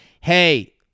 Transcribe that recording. hey